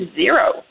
zero